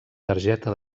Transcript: targeta